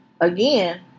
Again